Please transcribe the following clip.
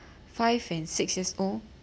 five and six years old